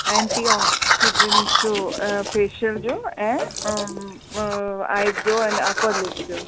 anti oxidant जो facial जो ऐं आइब्रो एंड पर लिप्स जो